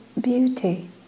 beauty